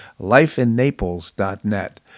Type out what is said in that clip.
lifeinnaples.net